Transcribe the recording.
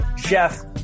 Chef